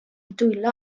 dwylo